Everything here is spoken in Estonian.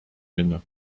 minna